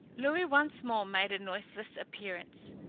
louis once more made a noiseless appearance.